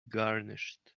garnished